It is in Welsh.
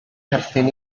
perthyn